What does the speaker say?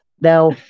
Now